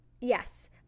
Yes